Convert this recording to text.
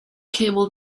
camel